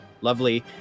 Lovely